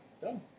Done